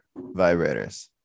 Vibrators